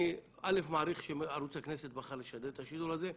אני מעריך שערוץ הכנסת בחר לשדר את השידור הזה.